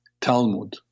Talmud